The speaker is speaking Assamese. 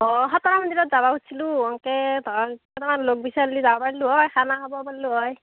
অঁ খটৰা মন্দিৰত যাব খুজিছিলো এনেকে কেইটামান লগ বিচাৰিলে যাব পাৰিলো হয় খানা খাব পাৰিলো হয়